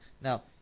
now